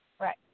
Right